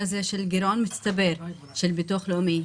הגירעון המצטבר של ביטוח לאומי.